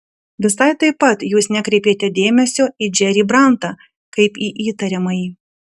visai taip pat jūs nekreipėte dėmesio į džerį brantą kaip į įtariamąjį